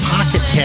Pocket